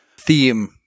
theme